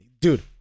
dude